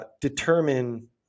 determine